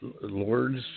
Lords